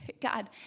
God